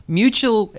mutual